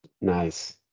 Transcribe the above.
Nice